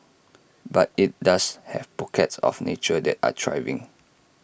but IT does have pockets of nature that are thriving